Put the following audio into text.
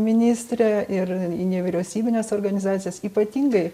ministrė ir į nevyriausybines organizacijas ypatingai